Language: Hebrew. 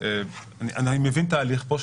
אני מבין את ההליך פה,